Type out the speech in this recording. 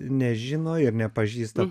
nežino ir nepažįsta